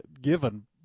given